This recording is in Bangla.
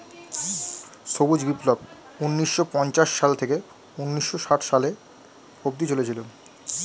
সবুজ বিপ্লব ঊন্নিশো পঞ্চাশ সাল থেকে ঊন্নিশো ষাট সালে অব্দি চলেছিল